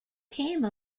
came